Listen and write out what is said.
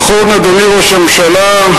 נכון, אדוני ראש הממשלה,